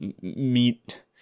Meet